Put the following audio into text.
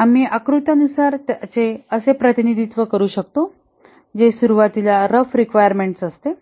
आम्ही आकृत्यानुसार त्याचे असे प्रतिनिधित्व करू शकतो जे सुरुवातीला रफ रिक्वायरमेंट्स असते